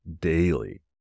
daily